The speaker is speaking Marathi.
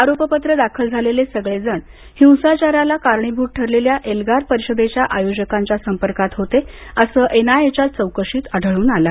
आरोपपत्र दाखल झालेले सगळेजण हिंसाचाराला कारणीभूत ठरलेल्या एल्गार परिषदेच्या आयोजकांच्या संपर्कात होते असं एनआयएच्या चौकशीत आढळून आलं आहे